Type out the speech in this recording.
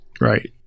Right